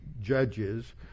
Judges